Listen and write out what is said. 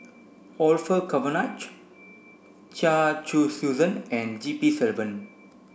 Orfeur Cavenagh Chia Choo and G P Selvam